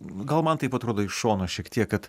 gal man taip atrodo iš šono šiek tiek kad